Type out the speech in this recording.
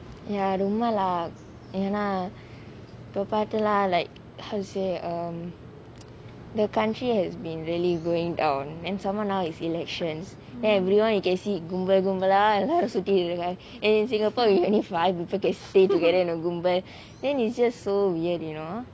ya ரொம்பல என்ன இப்போ பாத்தேனா:rombala enna ippo paathaenaa like how to say um the country has been really going down and some more now is elections everyone you can see is கும்பல் கும்பலா சுத்திட்டு இருகாங்க:gumbal gumbalaa suthitu irukanga and in singapore with any fly we still can stay together in a கும்பல்:gumbal but then is just so weird you know